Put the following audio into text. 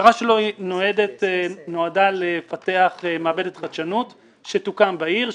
המטרה שלו נועדה לפתח מעבדת חדשנות שתוקם בעיר,